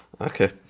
Okay